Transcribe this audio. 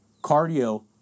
Cardio